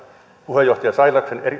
puheenjohtaja sailaksen